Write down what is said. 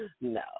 No